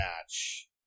match